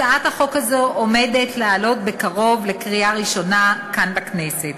הצעת החוק הזו עומדת לעלות בקרוב לקריאה ראשונה כאן בכנסת.